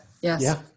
yes